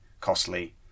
costly